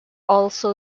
also